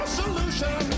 solution